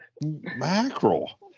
mackerel